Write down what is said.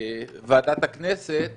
בוועדת הכנסת